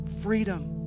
freedom